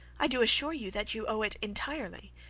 i do assure you that you owe it entirely,